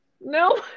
No